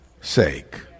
sake